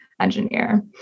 engineer